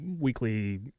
weekly